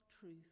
truth